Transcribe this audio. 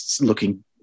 looking